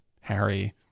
Harry